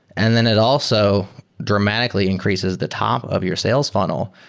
and then it also dramatically increases the top of your sales funnel.